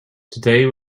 today